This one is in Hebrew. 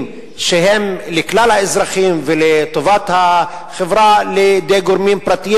שהם לכלל האזרחים ולטובת החברה לידי גורמים פרטיים,